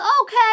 okay